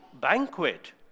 banquet